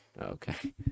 Okay